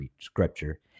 scripture